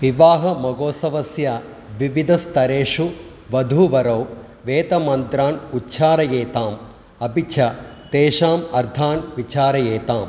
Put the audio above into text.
विवाहमहोत्सवस्य विविधस्तरेषु वधूवरौ वेदमन्त्रान् उच्चारयेताम् अपि च तेषाम् अर्थान् विचारयेताम्